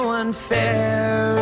unfair